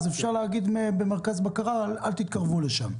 אפשר להגיד במרכז הבקרה: אל תתקרבו לשם.